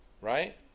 Right